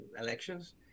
elections